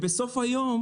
בסוף היום